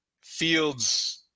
field's